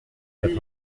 quatre